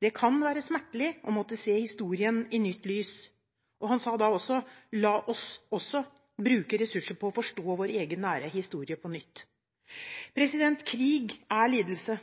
«Det kan være smertelig å måtte se historie i et nytt lys.» Han sa også: «la oss også bruke ressurser på å forstå vår egen nære historie på nytt.» Krig er lidelse,